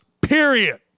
period